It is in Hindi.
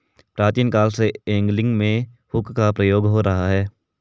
प्राचीन काल से एंगलिंग में हुक का प्रयोग हो रहा है